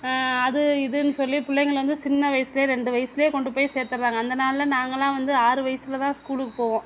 அது இதுன்னு சொல்லி பிள்ளைங்கள வந்து சின்ன வயதிலேயே ரெண்டு வயதிலேயே கொண்டு போய் சேத்துடுறாங்க அந்த நாள்ல நாங்களாம் வந்து ஆறு வயதுலதான் ஸ்கூலுக்குப் போவோம்